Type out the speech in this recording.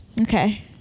Okay